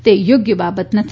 તે થોગ્ય બાબત નથી